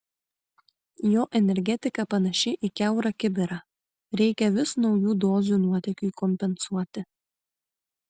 jo energetika panaši į kiaurą kibirą reikia vis naujų dozių nuotėkiui kompensuoti